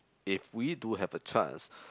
if we do have a chance